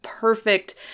perfect